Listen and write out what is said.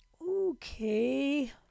Okay